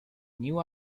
new